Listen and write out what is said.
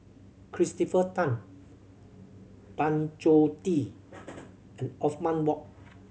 Christopher Tan Tan Choh Tee and Othman Wok